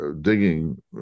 digging